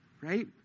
right